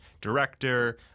director